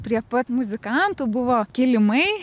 prie pat muzikantų buvo kilimai